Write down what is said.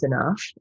enough